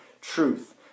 truth